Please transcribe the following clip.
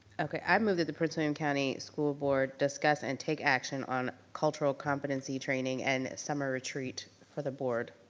okay, i move that the prince william county school board discuss and take action on cultural competency training and summer retreat for the board.